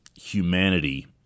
humanity